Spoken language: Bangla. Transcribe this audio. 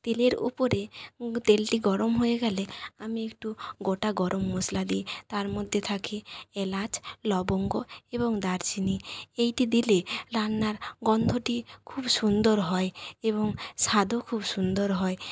তেলের ওপরে তেলটি গরম হয়ে গেলে আমি একটু গোটা গরম মশলা দিই তার মধ্যে থাকে এলাচ লবঙ্গ এবং দারচিনি এইটি দিলে রান্নার গন্ধটি খুব সুন্দর হয় এবং স্বাদও খুব সুন্দর হয়